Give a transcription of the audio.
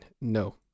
no